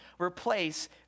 replace